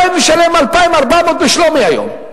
1,200, הוא משלם 2,400 בשלומי היום.